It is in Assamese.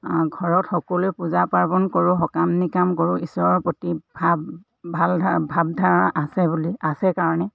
ঘৰত সকলোৱে পূজা পাৰ্বণ কৰোঁ সকাম নিকাম কৰোঁ ঈশ্বৰৰ প্ৰতি ভাৱ ভাল ধাৰ ভাৱ ধাৰা আছে বুলি আছে কাৰণে